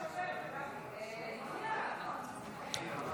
ישראל ביתנו והמחנה הממלכתי להביע אי-אמון בממשלה לא נתקבלה.